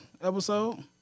episode